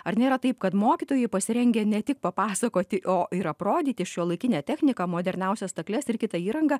ar nėra taip kad mokytojai pasirengę ne tik papasakoti o ir aprodyti šiuolaikinę techniką moderniausias stakles ir kitą įrangą